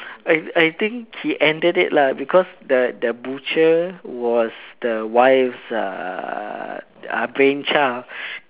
I I think he ended it lah because the the butcher was the wife's uh brain child